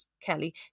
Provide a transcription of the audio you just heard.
Kelly